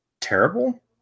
terrible